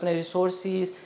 resources